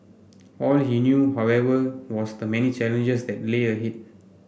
all he knew however was the many challenges that lay ahead